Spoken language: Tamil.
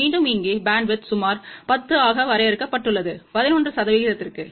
மீண்டும் இங்கே பேண்ட்வித் சுமார் 10 ஆக வரையறுக்கப்பட்டுள்ளது 11 சதவீதத்திற்கு